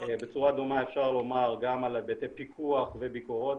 בצורה דומה אפשר לומר גם על היבטי פיקוח וביקורות,